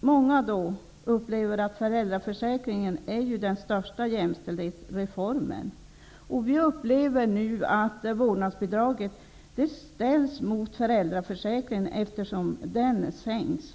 Många uppfattar föräldraförsäkringen som den största jämställdhetsreformen. Vi upplever nu att vårdnadsbidraget ställs mot föräldraförsäkringen. Ersättningsnivån i föräldraförsäkringen skall ju sänkas.